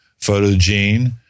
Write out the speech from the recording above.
PhotoGene